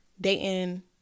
dating